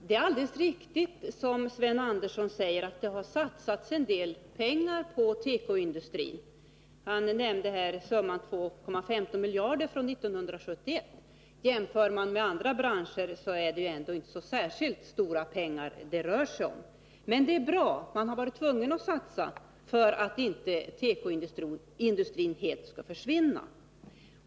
Herr talman! Det är alldeles riktigt som Sven Andersson säger, att det har satsats en del pengar på tekoindustrin. Han nämnde summan 2,15 miljarder från 1971. Jämför man med andra branscher, så finner man att det ändå inte är så särskilt stora pengar som det rör sig om. Men det är bra. Man har varit tvungen att satsa för att inte tekoindustrin helt skall försvinna.